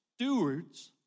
stewards